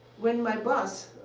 when my boss,